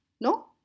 no